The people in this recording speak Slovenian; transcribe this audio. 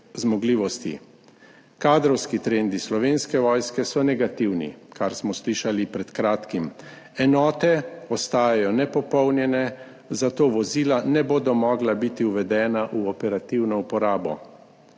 zmogljivosti. Kadrovski trendi Slovenske vojske so negativni, kar smo slišali pred kratkim, enote ostajajo nepopolnjene, zato vozila ne bodo mogla biti uvedena v operativno uporabo.